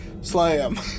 Slam